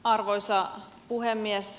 arvoisa puhemies